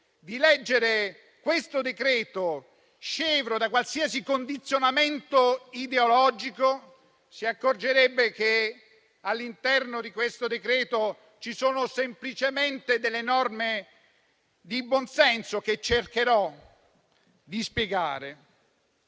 di leggerlo scevro da qualsiasi condizionamento ideologico, si accorgerebbe che al suo interno ci sono semplicemente delle norme di buon senso che cercherò di spiegare.